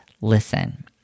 listen